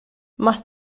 más